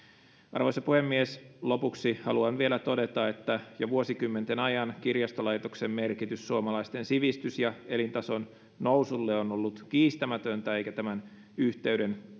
arvoisa puhemies lopuksi haluan vielä todeta että jo vuosikymmenten ajan kirjastolaitoksen merkitys suomalaisten sivistys ja elintason nousulle on ollut kiistämätöntä eikä tämän yhteyden